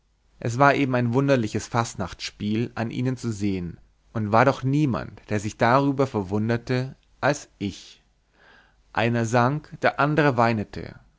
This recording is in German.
es war eben ein wunderliches faßnachtspiel an ihnen zu sehen und war doch niemand der sich darüber verwunderte als ich einer sang der ander